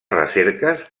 recerques